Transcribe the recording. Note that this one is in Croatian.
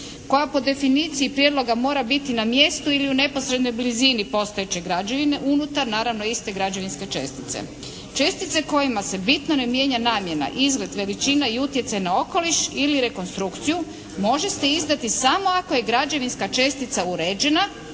koja po definiciji prijedloga mora biti na mjestu ili u neposrednoj blizini postojeće građevine unutar naravno iste građevinske čestice. Čestice kojima se bitno ne mijenja namjena, izgled, veličina i utjecaj na okoliš ili rekonstrukciju može se izdati samo ako je građevinska čestica uređena